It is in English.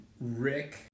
Rick